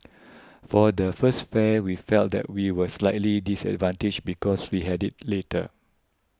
for the first fair we felt that we were slightly disadvantaged because we had it later